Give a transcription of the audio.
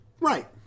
Right